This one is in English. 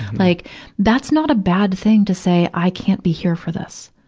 like that's not a bad thing to say i can't be here for this.